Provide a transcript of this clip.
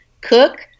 cook